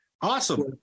Awesome